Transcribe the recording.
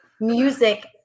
music